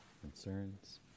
concerns